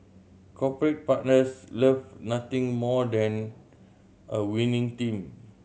corporate partners love nothing more than a winning team